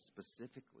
specifically